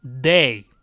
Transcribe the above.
day